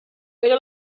era